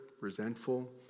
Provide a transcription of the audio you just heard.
resentful